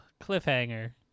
Cliffhanger